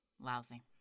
Lousy